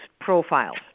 profiles